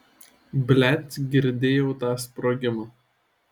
blet girdėjau tą sprogimą